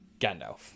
Gandalf